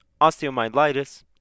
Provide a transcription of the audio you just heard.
osteomyelitis